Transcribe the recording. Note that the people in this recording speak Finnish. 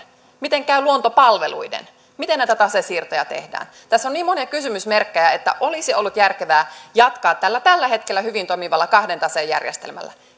miten käy luontopalveluiden miten näitä tasesiirtoja tehdään tässä on niin monia kysymysmerkkejä että olisi ollut järkevää jatkaa tällä tällä hetkellä hyvin toimivalla kahden taseen järjestelmällä